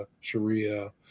Sharia